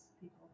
people